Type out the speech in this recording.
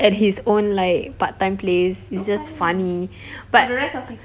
at his own like part time place it's just funny but